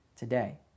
today